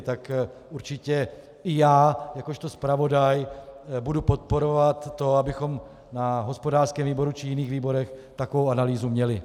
Tak určitě i já jakožto zpravodaj budu podporovat to, abychom na hospodářském výboru či jiných výborech takovou analýzu měli.